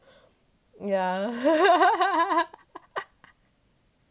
yeah